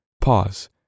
pause